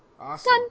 Awesome